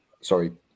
sorry